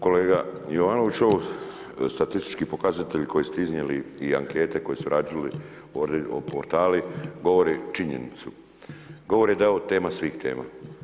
Kolega Jovanoviću, statistički pokazatelj koji ste iznijeli i ankete koje su radili portali, govori činjenicu, govori da je ovo tema svih tema.